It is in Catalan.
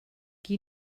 qui